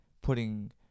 putting